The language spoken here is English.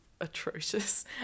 atrocious